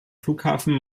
flughafen